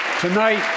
tonight